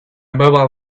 mobile